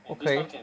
okay